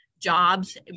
Jobs